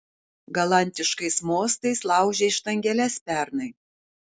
galantiškais mostais laužei štangeles pernai